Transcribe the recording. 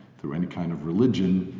through any kind of religion,